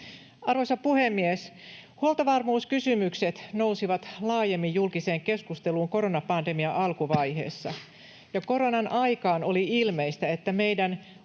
Arvoisa puhemies! Huoltovarmuuskysymykset nousivat laajemmin julkiseen keskusteluun koronapandemian alkuvaiheessa. Koronan aikaan oli ilmeistä, että meidän